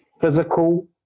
physical